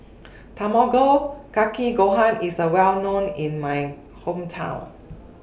Tamago Kake Gohan IS Well known in My Hometown